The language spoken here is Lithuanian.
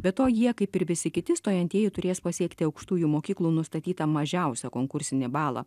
be to jie kaip ir visi kiti stojantieji turės pasiekti aukštųjų mokyklų nustatytą mažiausią konkursinį balą